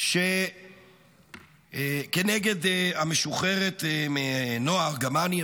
כתבו כנגד המשוחררת נועה ארגמני,